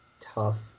tough